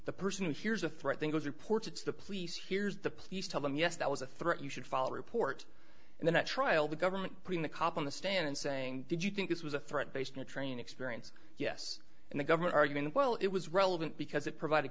the person who hears a threat then goes reports it's the police here's the police tell them yes that was a threat you should follow report and then at trial the government putting the cop on the stand and saying did you think this was a threat based on a train experience yes and the government argument well it was relevant because it provided